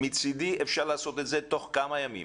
מצידי אפשר לעשות את זה תוך כמה ימים,